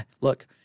look-